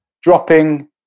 dropping